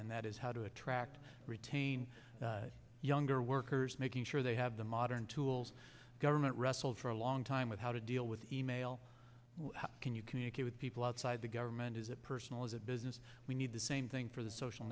and that is how to attract retain younger workers making sure they have the modern tools government wrestled for a long time with how to deal with email how can you communicate with people outside the government is a personal is a business we need the same thing for the social